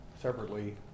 separately